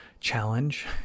challenge